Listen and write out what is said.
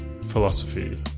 philosophy